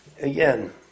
Again